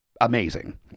amazing